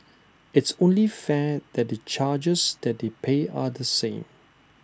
IT is only fair that the charges that they pay are the same